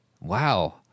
wow